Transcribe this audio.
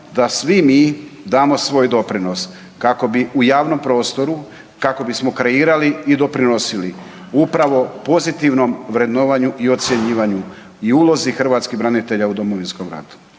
da svi mi damo svoj doprinos kako bi u javnom prostoru, kako bismo kreirali i doprinosili upravo pozitivnom vrednovanju i ocjenjivanju i ulozi hrvatskih branitelja u Domovinskom ratu.